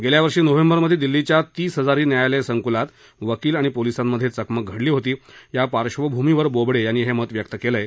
गेल्यावर्षी नोव्हेंबरमध्ये दिल्लीच्या तीस हजारी न्यायालय संकुलात वकील आणि पोलिसांमध्ये चकमक घडली होती या पार्श्वभूमीवर बोबडे यांनी हे मत व्यक्त केलं आहे